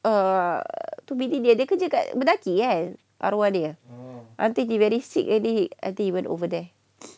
err to be dia kerja kat mendaki kan arwah dia until he very sick already he went over there